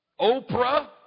Oprah